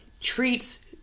Treats